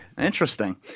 interesting